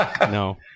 no